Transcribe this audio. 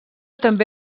també